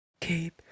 keep